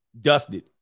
dusted